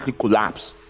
collapse